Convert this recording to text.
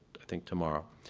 i think tomorrow.